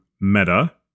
Meta